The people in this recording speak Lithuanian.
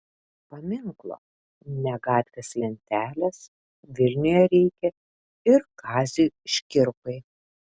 paminklo ne gatvės lentelės vilniuje reikia ir kaziui škirpai